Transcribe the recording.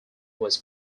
was